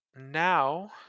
now